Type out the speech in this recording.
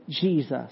Jesus